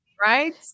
right